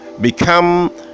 become